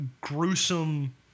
gruesome